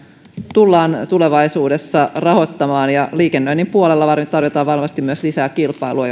tullaan tulevaisuudessa rahoittamaan ja liikennöinnin puolella tarjotaan varmasti myös lisää kilpailua